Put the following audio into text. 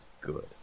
good